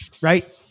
right